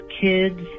Kids